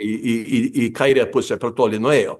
į į į į kairę pusę per toli nuėjo